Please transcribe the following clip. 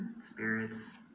spirits